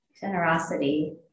generosity